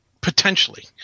Potentially